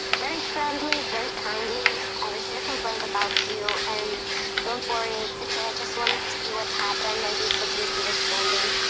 very friendly, very kindly. i received a complaint about you, and don't worry, it's ok, i just want to see what happened. maybe it was a misunderstanding.